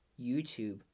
YouTube